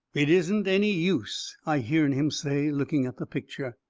it isn't any use, i hearn him say, looking at the picture.